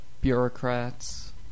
bureaucrats